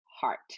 heart